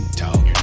talk